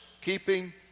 keeping